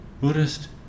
Buddhist